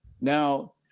now